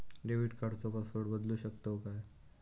Debit कार्डचो password बदलु शकतव काय?